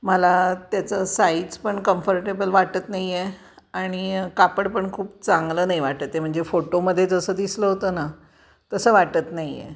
मला त्याचं साईज पण कम्फर्टेबल वाटत नाही आहे आणि कापड पण खूप चांगलं नाही वाटत आहे म्हणजे फोटोमध्ये जसं दिसलं होतं ना तसं वाटत नाही आहे